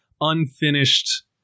unfinished